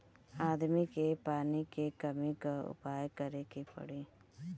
आदमी के पानी के कमी क उपाय करे के पड़ी